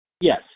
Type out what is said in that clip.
Yes